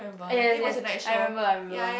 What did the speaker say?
eh yes yes I remember I remember